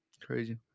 Crazy